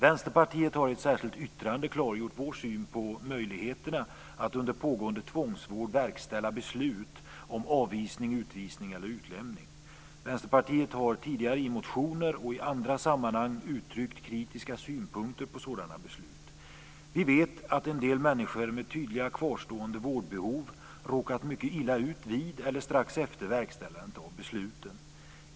Vänsterpartiet har i ett särskilt yttrande klargjort sin syn på möjligheterna att under pågående tvångsvård verkställa beslut om avvisning, utvisning eller utlämning. Vänsterpartiet har tidigare i motioner och i andra sammanhang framfört kritiska synpunkter på sådana beslut. Vi vet att en del människor med tydliga kvarstående vårdbehov råkat mycket illa ut vid eller strax efter verkställandet av besluten.